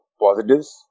positives